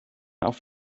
auf